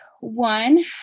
One